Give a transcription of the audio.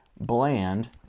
bland